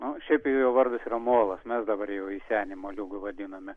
nu šiaip jo vardas yra molas mes dabar jau jį senį moliūgu vadiname